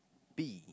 B